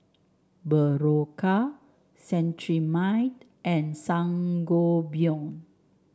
Berocca Cetrimide and Sangobion